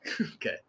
Okay